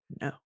No